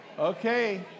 Okay